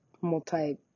multi